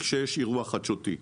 כשיש אירוע חדשותי.